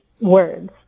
words